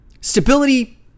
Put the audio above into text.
Stability